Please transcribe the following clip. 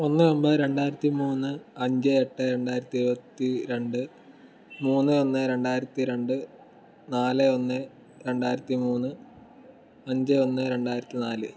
ഒന്ന് ഒൻപത് രണ്ടായിരത്തി മൂന്ന് അഞ്ച് എട്ട് രണ്ടായിരത്തി ഇരുപത്തി രണ്ട് മൂന്ന് ഒന്ന് രണ്ടായിരത്തി രണ്ട് നാല് ഒന്ന് രണ്ടായിരത്തി മൂന്ന് അഞ്ച് ഒന്ന് രണ്ടായിരത്തി നാല്